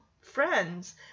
friends